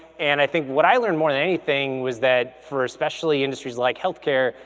and i think what i learned more than anything was that for especially industries like healthcare,